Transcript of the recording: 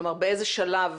כלומר, באיזה שלב